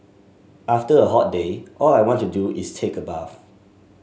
after a hot day all I want to do is take a bath